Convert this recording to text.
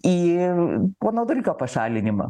į pono dulkio pašalinimą